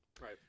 Right